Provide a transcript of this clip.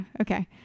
okay